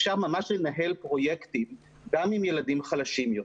אפשר ממש לנהל פרויקטים גם עם ילדים חלשים יותר.